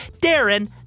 Darren